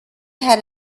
had